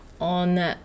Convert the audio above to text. on